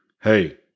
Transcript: Hey